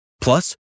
Plus